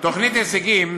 תוכנית "הישגים",